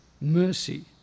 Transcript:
mercy